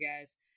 guys